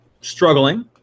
struggling